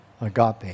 agape